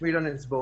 שמי אילן אצבעוני,